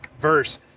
verse